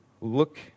look